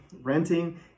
renting